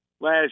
Last